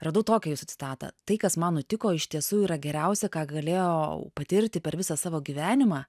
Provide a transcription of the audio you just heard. radau tokią jūsų citatą tai kas man nutiko iš tiesų yra geriausia ką galėjau patirti per visą savo gyvenimą